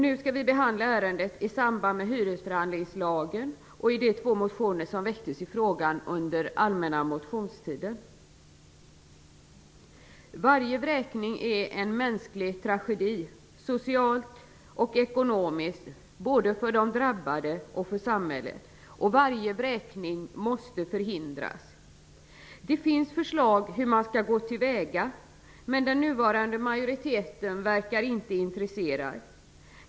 Nu skall vi behandla ärendet i samband med hyresförhandlingslagen och de två motioner som väcktes i frågan under allmänna motionstiden. Varje vräkning är en mänsklig tragedi, socialt och ekonomiskt, både för de drabbade och för samhället. Varje vräkning måste förhindras. Det finns förslag på hur man skall gå till väga, men den nuvarande majoriteten verkar inte intresserad.